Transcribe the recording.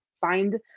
find